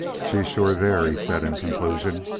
she's sure there, he said in conclusion.